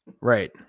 right